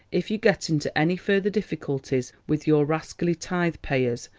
if you get into any further difficulties with your rascally tithe-payers,